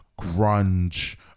grunge